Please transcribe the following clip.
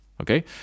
okay